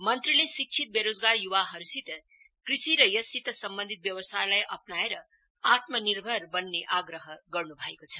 मेत्रीले शिक्षित वेरोजगार युवाहरुसित कृषि र यससित सम्बन्धित व्यवसायलाई अप्राएर आत्मनिर्भर बन्ने आग्रह गर्नु भएको छ